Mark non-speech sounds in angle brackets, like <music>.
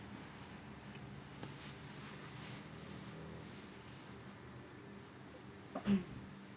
<noise>